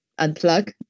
unplug